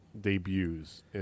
debuts